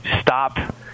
stop